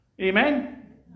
amen